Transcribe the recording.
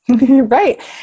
Right